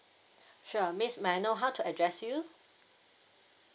sure miss may I know how to address you